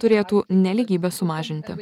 turėtų nelygybę sumažinti